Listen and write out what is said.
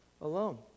alone